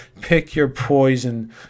pick-your-poison